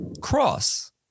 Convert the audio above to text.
cross